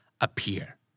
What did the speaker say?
Appear